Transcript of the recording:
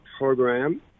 program